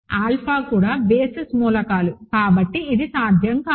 alpha కూడా basis మూలకాలు కాబట్టి ఇది సాధ్యం కాదు